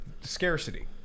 scarcity